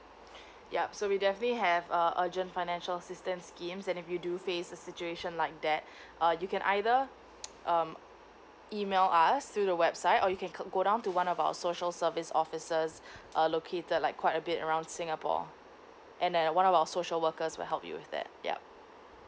yup so we definitely have uh urgent financial assistance schemes and if you do face a situation like that uh you can either um email us through the website or you can go down to one of our social service officers uh located like quite a bit around singapore and then one of our social workers will help you with that yup